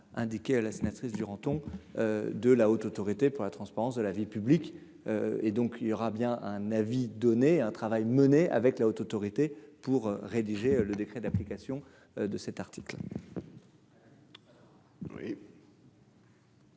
indiqué à la sénatrice Duranton, de la Haute autorité pour la transparence de la vie publique et donc il y aura bien un avis donner un travail mené avec la Haute autorité pour rédiger le décret d'application de cette. Oui.